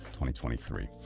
2023